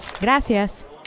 Gracias